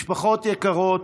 משפחות יקרות,